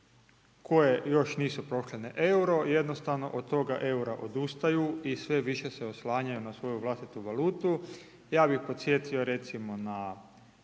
koje još nisu prešle na EUR-o jednostavno od toga EUR-a odustaju i sve više se oslanjaju na svoju vlastitu valutu. Ja bih podsjetio, recimo, na